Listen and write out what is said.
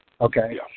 okay